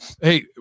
hey